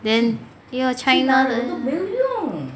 then 有 china 的